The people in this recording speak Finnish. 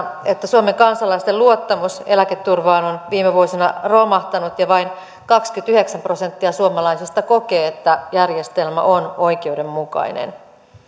että suomen kansalaisten luottamus eläketurvaan on viime vuosina romahtanut ja vain kaksikymmentäyhdeksän prosenttia suomalaisista kokee että järjestelmä on oikeudenmukainen